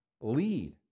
Lead